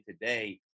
today